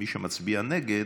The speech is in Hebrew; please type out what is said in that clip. מי שמצביע נגד,